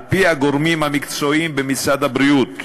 על-פי הגורמים המקצועיים במשרד הבריאות,